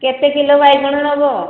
କେତେ କିଲୋ ବାଇଗଣ ନେବ